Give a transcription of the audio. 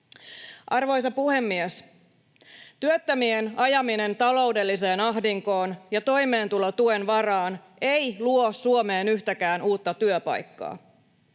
Arvoisa puhemies! Työttömien ajaminen taloudelliseen ahdinkoon ja toimeentulotuen varaan ei luo Suomeen yhtäkään uutta työpaikkaa.